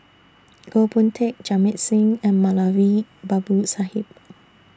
Goh Boon Teck Jamit Singh and Moulavi Babu Sahib